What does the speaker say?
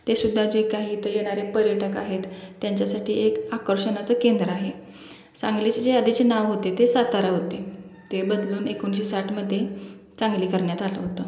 तेसुद्धा जे काही इथं येणारे पर्यटक आहेत त्यांच्यासाठी एक आकर्षणाचं केंद्र आहे सांगलीचे जे आधीचे नाव होते ते सातारा होते ते बदलून एकोणीसशे साठमध्ये सांगली करण्यात आलं होतं